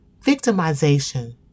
Victimization